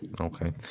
okay